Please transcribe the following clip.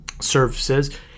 services